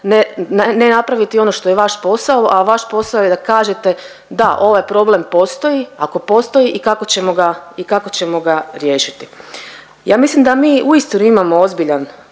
ne napraviti ono što je vaš posao, a vaš posao je da kažete, da, ovaj problem postoji, ako postoji i kako ćemo ga riješiti. Ja mislim da mi uistinu imamo ozbiljan